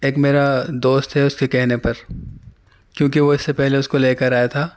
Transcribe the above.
ایک میرا دوست ہے اس کے کہنے پر کیونکہ وہ اس سے پہلے اس کو لے کر آیا تھا